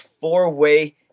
four-way